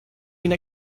been